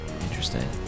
Interesting